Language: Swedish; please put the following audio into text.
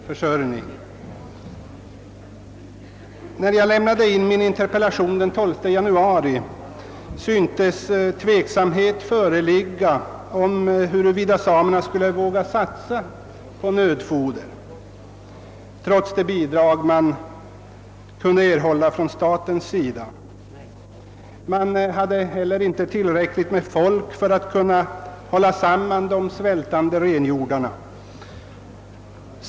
När jag den 12 januari i år lämnade in min interpellation syntes tveksamhet föreligga huruvida samerna skulle våga satsa på nödfoder, trots det bidrag de kunde erhålla från staten. Samerna hade inte heller tillräckligt med folk för att kunna hålla samman de svältande renhjordarna.